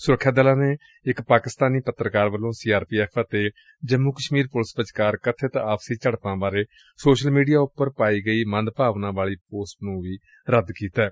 ਸੁਰੱਖਿਆ ਦਲਾਂ ਨੇ ਇਕ ਪਾਕਿਸਤਾਨੀ ਪੱਤਰਕਾਰ ਵੱਲੋਂ ਸੀ ਆਰ ਪੀ ਐਫ਼ ਅਤੇ ਜੰਮੁ ਕਸ਼ਮੀਰ ਪੁਲਿਸ ਵਿਚਕਾਰ ਕਬਿਤ ਆਪਸੀ ਝਤਪਾਂ ਬਾਰੇ ਸੋਸ਼ਲ ਮੀਡੀਆਂ ਉਪਰ ਪਾਈ ਗਈ ਪੋਸਟ ਨੰ ਵੀ ਰੱਦ ਕੀਤੈ